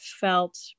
felt